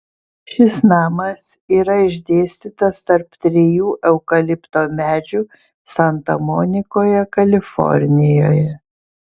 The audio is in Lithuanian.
šis namas yra išdėstytas tarp trijų eukalipto medžių santa monikoje kalifornijoje